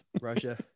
Russia